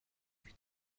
wie